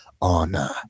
honor